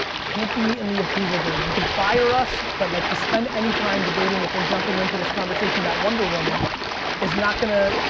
can't be in the approval game. you can fire us, but like, to spend any time debating if we're jumping into this conversation about wonder woman is not gonna,